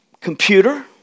Computer